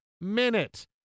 minute